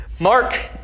Mark